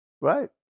right